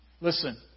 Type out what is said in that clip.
Listen